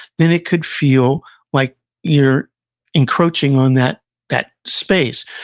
then it could feel like you're encroaching on that that space.